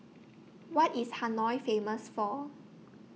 What IS Hanoi Famous For